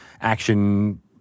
action